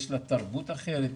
יש לה תרבות אחרת,